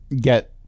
get